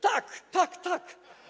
Tak, tak, tak.